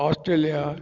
Australia